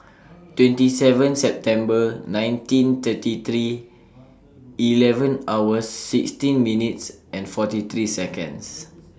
twenty seven September nineteen thirty three eleven hour sixteen minutes and forty three Seconds